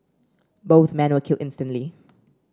both men were killed instantly